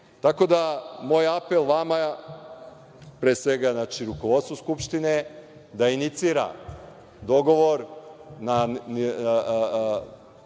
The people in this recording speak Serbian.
da, moj apel vama, pre svega znači rukovodstvu Skupštine, da inicira dogovor